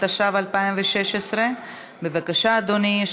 התשע"ו 2016. בבקשה אדוני,